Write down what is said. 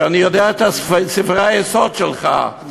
ואני יודע את ספרי היסוד שלך,